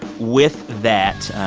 with that,